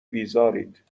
بیزارید